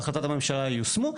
בהחלטת הממשלה ייושמו,